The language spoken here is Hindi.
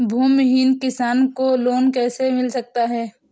भूमिहीन किसान को लोन कैसे मिल सकता है?